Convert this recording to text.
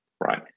right